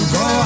go